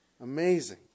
Amazing